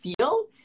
feel